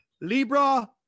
Libra